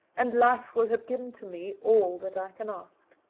and life will have given to me all that i can ask!